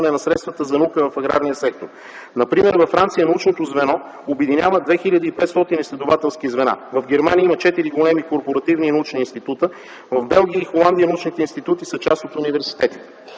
на средствата за наука в аграрния сектор. Например във Франция научното звено обединява 2500 изследователски звена. В Германия има четири големи корпоративни научни института. В Белгия и Холандия научните институти са част от университетите.